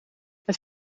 het